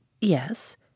Yes